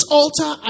altar